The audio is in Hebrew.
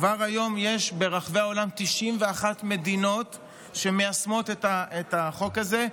כבר כיום יש ברחבי העולם 91 מדינות שמיישמות את החוק הזה,